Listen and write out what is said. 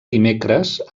dimecres